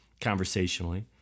conversationally